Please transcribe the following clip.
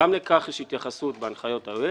גם לכך יש התייחסויות בהנחיות היועץ.